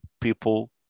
people